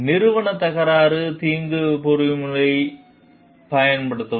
நிறுவன தகராறு தீர்க்கும் பொறிமுறையைப் பயன்படுத்தவும்